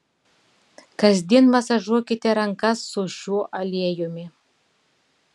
kasdien masažuokite rankas su šiuo aliejumi